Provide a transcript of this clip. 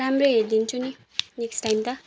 राम्रो हेरिदिन्छु नि नेक्स्ट टाइम त